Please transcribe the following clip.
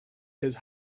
his